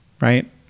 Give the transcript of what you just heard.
right